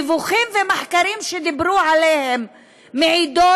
דיווחים ומחקרים שדיברו עליהם מעידים